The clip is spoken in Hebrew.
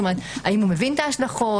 האם הוא מבין את ההשלכות?